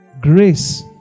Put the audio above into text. Grace